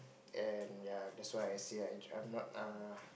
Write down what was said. and ya that's why I say I I'm not uh